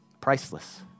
Priceless